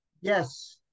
Yes